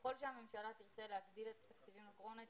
ככל שהממשלה תרצה להגדיל את תקציבי הקורונה,